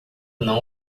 não